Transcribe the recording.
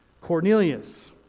Cornelius